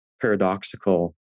paradoxical